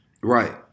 Right